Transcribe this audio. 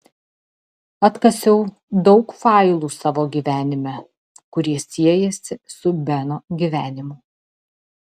atkasiau daug failų savo gyvenime kurie siejasi su beno gyvenimu